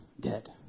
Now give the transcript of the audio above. dead